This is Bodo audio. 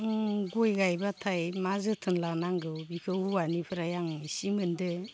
गय गायब्लाथाय मा जोथोन लानांगौ बेखौ हौवानिफ्राय आं इसे मोन्दों